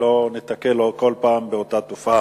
ולא ניתקל כל פעם באותה תופעה.